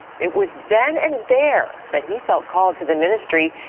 it was then and there that he felt called to the ministry,